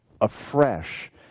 afresh